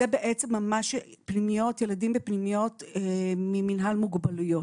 זה בעצם ילדים בפנימיות ממינהל מוגבלויות.